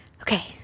Okay